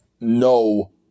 no